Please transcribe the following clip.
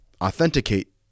authenticate